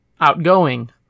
outgoing